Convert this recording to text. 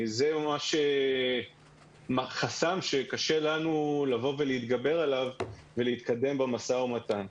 זה חסם שקשה לנו להתגבר עליו ולהתקדם במשא-ומתן.